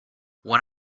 when